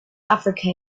africa